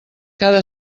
cada